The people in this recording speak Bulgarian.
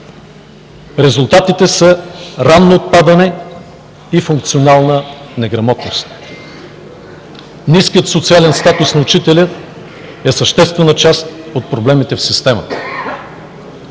Резултатите са ранно отпадане и функционална неграмотност. Ниският социален статус на учителя е съществена част от проблемите в системата.